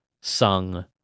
sung